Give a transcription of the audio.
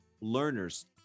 learners